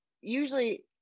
usually